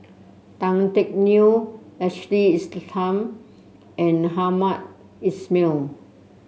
Tan Teck Neo Ashley Isham and Hamed Ismail